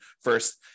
first